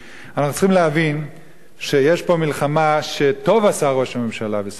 אנחנו צריכים להבין שיש פה מלחמה שטוב עשו ראש הממשלה ושר החוץ